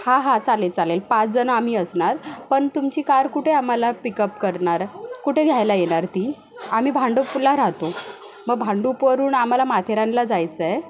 हा हा चालेल चालेल पाचजणं आम्ही असणार पण तुमची कार कुठे आम्हाला पिकअप करणार कुठे घ्यायला येणार ती आम्ही भांडुपला राहतो म भांडूपवरून आम्हाला माथेरानला जायचं आहे